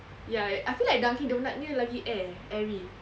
ya I feel like Dunkin' Donut nya lagi air airy